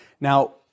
Now